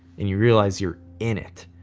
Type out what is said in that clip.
and you realize you're in it.